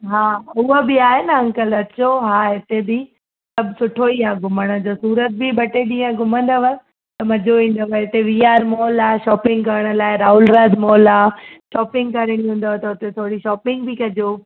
हा हुअ बि आहे ना अंकल अचो हा हिते बि सभु सुठो ई आहे घुमण जो सूरत बि ॿ टे ॾींहं घुमंदव त मज़ो ईंदव हिते वी आर मॉल आहे शॉपिंग करण लाइ राहुल राय मॉल आहे शॉपिंग करे ईंदव त हुते थोरी शॉपिंग बि कजो